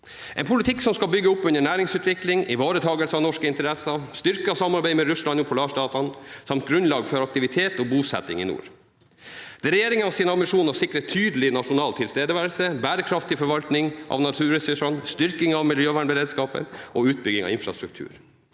en politikk som skal bygge opp under næringsutvikling, ivareta norske interesser, styrke samarbeidet med Russland og polarstatene samt legge grunnlaget for aktivitet og bosetting i nord. Det er regjeringens ambisjon å sikre tydelig nasjonal tilstedeværelse, bærekraftig forvaltning av naturressursene, styrking av miljøvernberedskap og utbygging av infrastruktur.